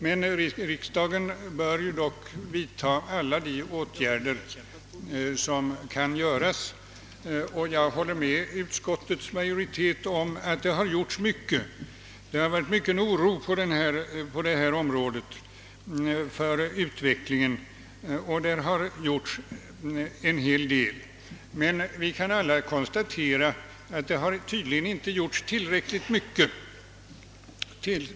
Men riksdagen bör vidta alla de åtgärder som kan vidtas, och jag håller med utskottets majoritet om att det har gjorts mycket — det har rått mycken oro för utvecklingen på detta område. Men vi kan alla konstatera att det tydligen inte gjorts tillräckligt mycket.